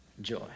joy